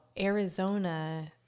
Arizona